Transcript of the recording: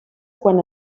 quan